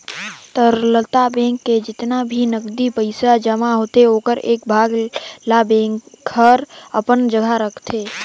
तरलता बेंक में जेतना भी नगदी पइसा जमा होथे ओखर एक भाग ल बेंक हर अपन जघा राखतें